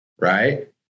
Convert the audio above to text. Right